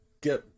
get